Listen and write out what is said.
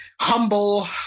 Humble